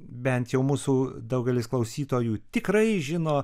bent jau mūsų daugelis klausytojų tikrai žino